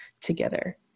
together